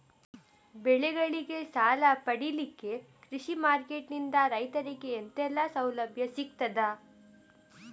ಬೆಳೆಗಳಿಗೆ ಸಾಲ ಪಡಿಲಿಕ್ಕೆ ಕೃಷಿ ಮಾರ್ಕೆಟ್ ನಿಂದ ರೈತರಿಗೆ ಎಂತೆಲ್ಲ ಸೌಲಭ್ಯ ಸಿಗ್ತದ?